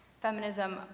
feminism